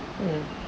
mm